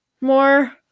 more